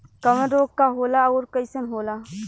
कवक रोग का होला अउर कईसन होला?